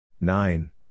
nine